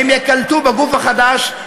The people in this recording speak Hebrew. והם ייקלטו בגוף החדש,